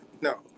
No